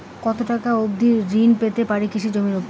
কত টাকা অবধি ঋণ পেতে পারি কৃষি জমির উপর?